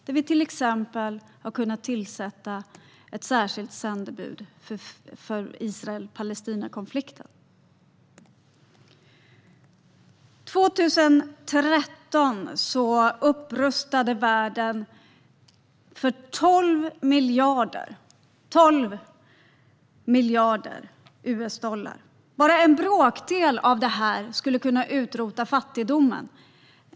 Vi har till exempel kunnat tillsätta ett särskilt sändebud för Israel-Palestina-konflikten. År 2013 upprustade världen för 12 miljarder US-dollar. Bara en bråkdel av det skulle kunna utrota fattigdomen.